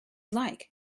like